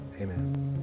Amen